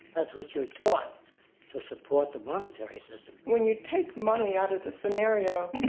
that's what you're taught to support the monetary system. when you take money out of the scenario,